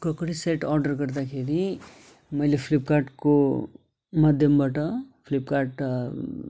crockery set order गर्दाखेरि मैले फ्लिपकार्टको माध्यमबाट फ्लिपकार्ट